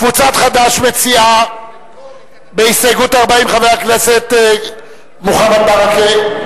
קבוצת חד"ש מציעה בהסתייגות 50. חבר הכנסת מוחמד ברכה?